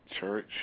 church